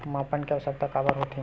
मापन के आवश्कता काबर होथे?